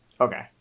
okay